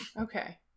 okay